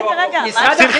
--- רגע, רגע, מה הם עושים?